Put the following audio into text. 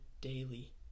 daily